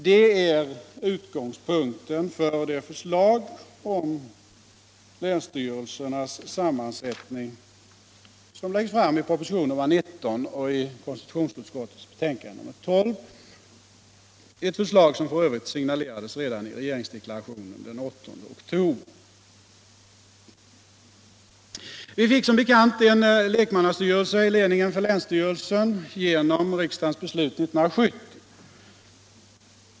Det är utgångspunkten för det förslag om länsstyrelsernas sammansättning som läggs fram i propositionen 1976/77:19 och i konstitutionsutskottets betänkande nr 12, ett förslag som f.ö. signalerades redan i regeringsdeklarationen den 8 oktober. Vi fick som bekant en lekmannastyrelse i ledningen för länsstyrelsen genom riksdagens beslut 1970.